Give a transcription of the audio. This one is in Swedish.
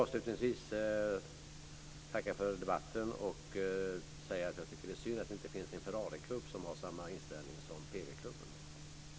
Avslutningsvis vill jag tacka för debatten och säga att jag tycker att det är synd att det inte finns en Ferrariklubb som har samma inställning som PV-klubben har.